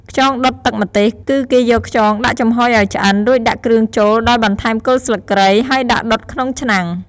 ខ្យងដុតទឹកម្ទេស គឺគេយកខ្យងដាក់ចំហុយឲ្យឆ្អិន រួចដាក់គ្រឿងចូល ដោយបន្ថែមគល់ស្លឹកគ្រៃ ហើយដាក់ដុតក្នុងឆ្នាំង ។